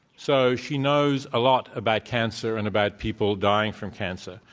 so she knows a lot about cancer and about people dying from cancer.